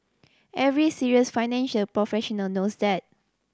every serious financial professional knows that